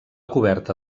coberta